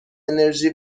انرژی